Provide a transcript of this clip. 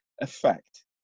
effect